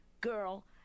girl